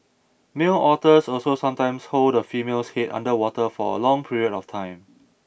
male otters also sometimes hold the female's head under water for a long period of time